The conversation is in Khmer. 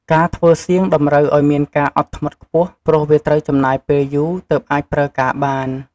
ការធ្វើសៀងតម្រូវឱ្យមានការអត់ធ្មត់ខ្ពស់ ព្រោះវាត្រូវចំណាយពេលយូរទើបអាចប្រើការបាន។